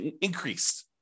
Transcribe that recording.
increased